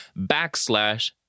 backslash